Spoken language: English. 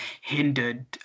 hindered